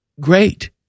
great